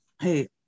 hey